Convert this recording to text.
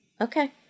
okay